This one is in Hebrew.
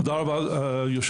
תודה רבה ליושבת-ראש.